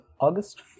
August